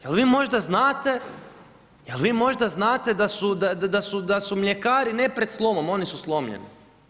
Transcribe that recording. Jel vi možda znate, jel vi možda znate, da su mljekari, ne pred slomom, oni su slomljeni.